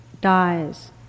dies